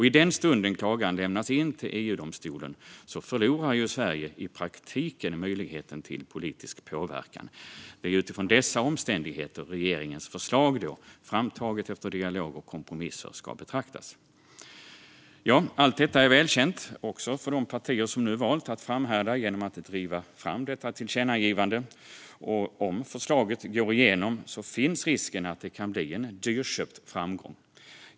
I den stund en klagan lämnas in till EU-domstolen förlorar Sverige i praktiken möjligheten till politisk påverkan. Det är utifrån dessa omständigheter som regeringens förslag, framtaget efter dialog och kompromisser, ska betraktas. Allt detta är välkänt också för de partier som nu har valt att framhärda genom att driva fram detta tillkännagivande. Om förslaget går igenom finns risken att det blir en dyrköpt framgång.